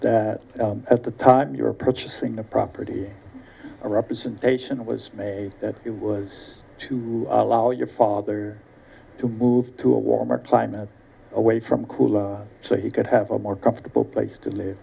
at the time you're purchasing the property or representation that was a it was to allow your father to move to a warmer climate away from cooler so he could have a more comfortable place to live